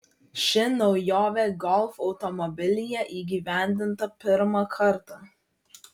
ši naujovė golf automobilyje įgyvendinta pirmą kartą